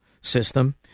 system